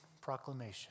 proclamation